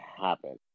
happen